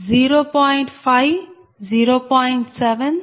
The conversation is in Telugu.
2916 0